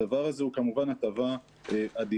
הדבר הזה הוא כמובן הטבה אדירה.